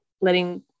letting